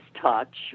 touch